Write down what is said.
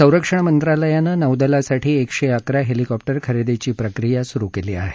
संरक्षण मंत्रालयानं नौदलासाठी एकशे अकरा हेलिकॉप्टर खरेदीची प्रक्रिया सुरू केली आहे